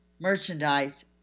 merchandise